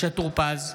בעד משה טור פז,